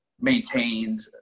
maintained